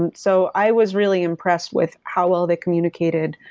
and so i was really impressed with how well they communicated,